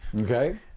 okay